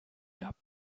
gab